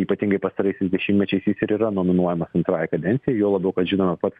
ypatingai pastaraisiais dešimtmečiais jis ir yra nominuojamas antrai kadencijai juo labiau kad žinoma pats